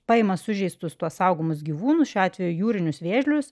paima sužeistus tuos saugomus gyvūnus šiuo atveju jūrinius vėžlius